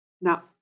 Now